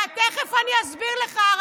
תכף אני אסביר לך,